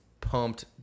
pumped